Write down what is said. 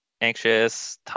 anxious